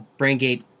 BrainGate